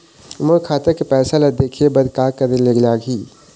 मोर खाता के पैसा ला देखे बर का करे ले लागही?